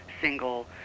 single